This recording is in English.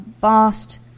vast